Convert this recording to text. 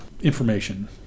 information